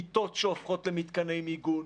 מיטות שהופכות למתקני מיגון,